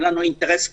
אין לנו אינטרס כלכלי.